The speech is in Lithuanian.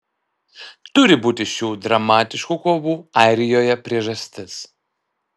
turi būti šių dramatiškų kovų airijoje priežastis